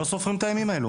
לא סופרים את הימים האלה.